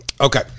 Okay